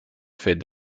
fait